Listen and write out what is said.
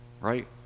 Right